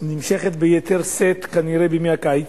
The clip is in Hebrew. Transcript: שנמשכת ביתר שאת, כנראה, בימי הקיץ,